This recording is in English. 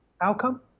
outcome